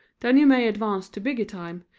then you may advance to bigger time,